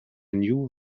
new